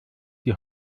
die